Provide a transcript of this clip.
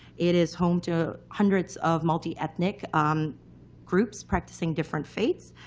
it is home to hundreds of multi-ethnic um groups practicing different faiths.